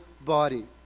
body